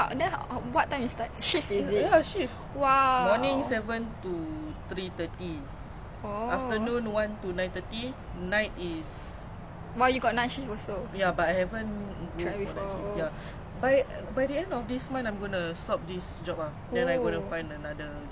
same same industry also um how you cari course like this oh